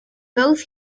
both